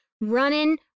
running